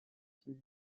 sur